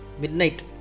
Midnight